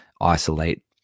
isolate